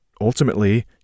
ultimately